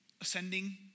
ascending